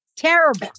Terrible